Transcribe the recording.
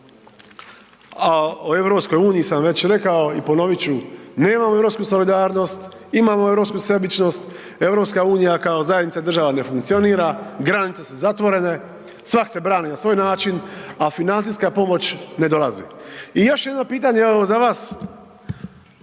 A o EU sam već rekao i ponovit ću, nemamo europsku solidarnost, imamo europsku sebičnost, EU kao zajednica država ne funkcionira, granice su zatvorene, svak se brani na svoj način, a financijska pomoć ne dolazi. I još jedno pitanje evo za vas,